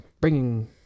bringing